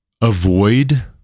avoid